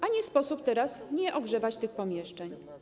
A nie sposób teraz nie ogrzewać tych pomieszczeń.